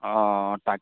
অঁ তাক